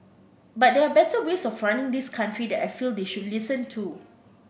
but there are better ways of running this country that I feel they should listen to